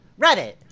Reddit